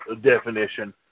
definition